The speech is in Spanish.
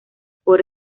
por